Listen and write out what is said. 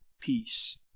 peace